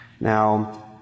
Now